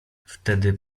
wtedy